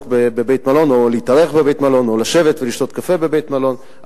בבית-מלון או להתארח בבית-מלון או לשבת ולשתות קפה בבית-מלון.